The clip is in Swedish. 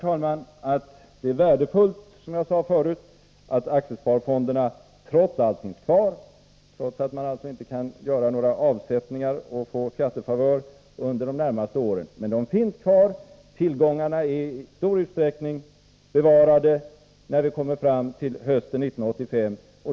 Jag menar att det är värdefullt, som jag sade förut, att aktiesparfonderna ändå finns kvar, trots att man inte kan göra avsättningar och få någon skattefavör under de närmaste åren. Tillgångarna är alltså i stor utsträckning bevarade när vi kommer fram till hösten 1985.